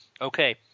Okay